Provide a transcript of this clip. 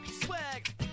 swag